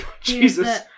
Jesus